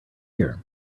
year